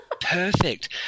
perfect